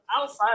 outside